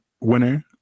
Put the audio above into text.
winner